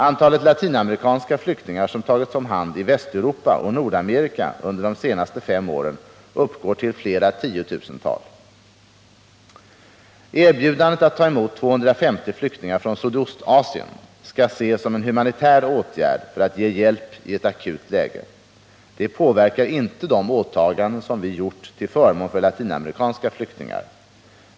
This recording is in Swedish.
Antalet latinamerikanska flyktingar som tagits om hand i Västeuropa och Nordamerika under de senaste fem åren uppgår till flera tiotusental. Erbjudandet att ta emot 250 flyktingar från Sydostasien skall ses som en humanitär åtgärd för att ge hjälp i ett akut läge. Det påverkar inte de åtaganden vi gjort till förmån för latinamerikanska flyktingar.